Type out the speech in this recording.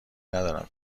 ندارم